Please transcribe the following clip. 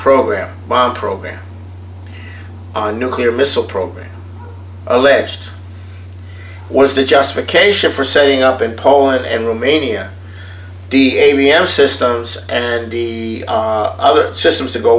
program bomb program on nuclear missile program alleged was the justification for setting up in poland and romania d a b m systems and the other systems to go